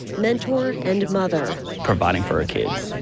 mentor and mother. providing for her kids.